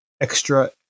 extra